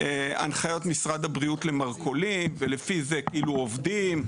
הנחיות משרד הבריאות למרכולים ולפי זה כאילו עובדים.